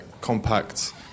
compact